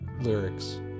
Lyrics